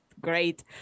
great